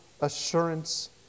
assurance